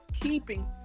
keeping